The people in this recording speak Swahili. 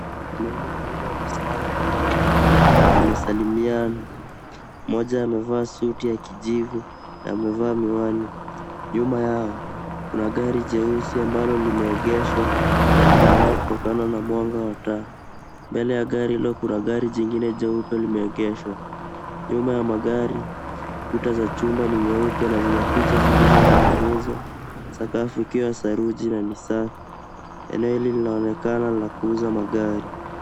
Wanaume wawili wamesimama pamoja na wamesalimiana. Mmoja amevaa suti ya kijivu na amevaa miwani. Nyuma yao kuna gari jeusi ambalo limeegeshwa na linang'aa kutokana na mwanga wa taa. Mbele ya gari hilo kuna gari jingine jeupe ambalo limeegeshwa. Nyuma ya magari kuta za chuma ni nyeupe na zina picha zilizoning'inizwa, sakafu ikiwa saruji na ni safi. Eneo hili linaonekana ni la kuuza magari.